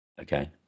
Okay